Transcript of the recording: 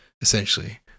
essentially